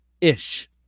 ish